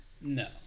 No